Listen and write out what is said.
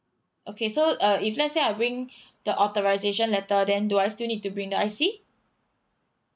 okay so uh if let's say I bring the authorisation letter then do I still need to bring the I_C